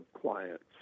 clients